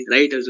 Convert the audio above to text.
Right